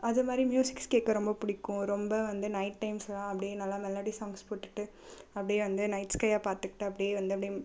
அதுமாரி மியூசிக்ஸ் கேட்க ரொம்ப பிடிக்கும் ரொம்ப வந்து நைட் டைம்ஸ்லாம் அப்படியே நல்ல மெலடி சாங்ஸ் போட்டுகிட்டு அப்படியே அந்த நைட் ஸ்கையை பார்த்துட்டு அப்படியே வந்து அப்படி